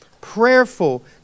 prayerful